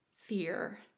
fear